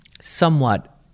somewhat